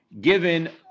given